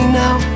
now